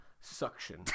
Suction